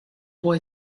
boy